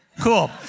Cool